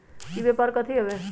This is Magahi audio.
ई व्यापार कथी हव?